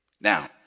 Now